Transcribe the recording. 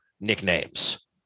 nicknames